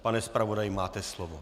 Pane zpravodaji, máte slovo.